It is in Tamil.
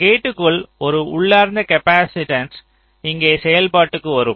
கேட்க்குள் ஒரு உள்ளார்ந்த காப்பாசிட்டன்ஸ் இங்கே செயல்பாட்டுக்கு வரும்